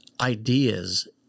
ideas